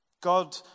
God